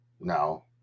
no